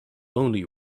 only